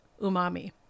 umami